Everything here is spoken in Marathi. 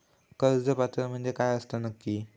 कर्ज पात्र म्हणजे काय असता नक्की?